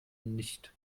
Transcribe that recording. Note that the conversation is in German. nicht